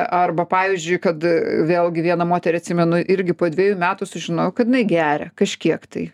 arba pavyzdžiui kad vėlgi vieną moterį atsimenu irgi po dviejų metų sužinojau kad jinai geria kažkiek tai